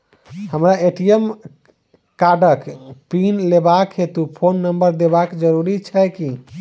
हमरा ए.टी.एम कार्डक पिन लेबाक हेतु फोन नम्बर देबाक जरूरी छै की?